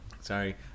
sorry